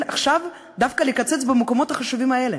דווקא עכשיו לקצץ במקומות החשובים האלה,